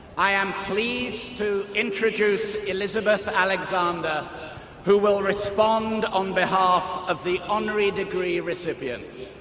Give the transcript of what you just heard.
i am pleased to introduce elizabeth alexander who will respond on behalf of the honorary degree recipients